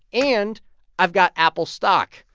and i've got apple stock,